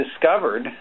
discovered